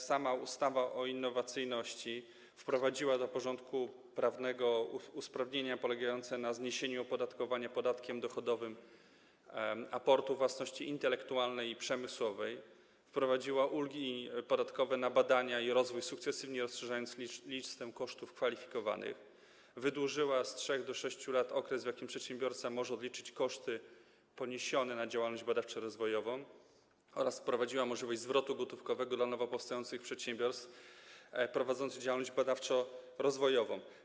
Sama ustawa o innowacyjności wprowadziła do porządku prawnego usprawnienia polegające na zniesieniu opodatkowania podatkiem dochodowym aportu własności intelektualnej i przemysłowej, wprowadziła ulgi podatkowe na badania i rozwój, sukcesywnie rozszerzając listę kosztów kwalifikowanych, wydłużyła z 3 do 6 lat okres, w jakim przedsiębiorca może odliczyć koszty poniesione na działalność badawczo-rozwojową, oraz wprowadziła możliwość zwrotu gotówkowego dla nowo powstających przedsiębiorstw prowadzących działalność badawczo-rozwojową.